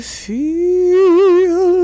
feel